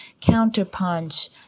Counterpunch